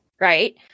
right